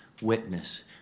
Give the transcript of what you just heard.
witness